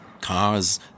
Cars